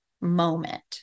moment